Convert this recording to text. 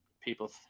people